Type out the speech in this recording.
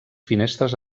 finestres